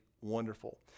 wonderful